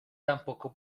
tampoco